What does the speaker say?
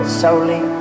solely